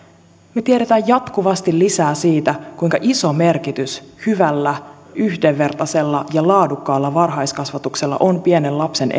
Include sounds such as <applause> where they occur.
me tiedämme jatkuvasti lisää siitä kuinka iso merkitys hyvällä yhdenvertaisella ja laadukkaalla varhaiskasvatuksella on pienen lapsen <unintelligible>